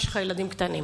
יש לך ילדים קטנים".